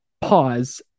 pause